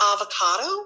avocado